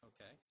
Okay